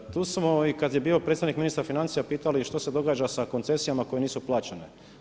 Tu smo i kad je bio predstavnik Ministra financija pitali što se događa sa koncesijama koje nisu plaćene.